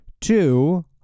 two